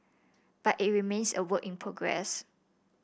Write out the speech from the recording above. but it remains a work in progress